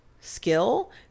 skill